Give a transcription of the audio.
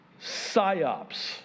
psyops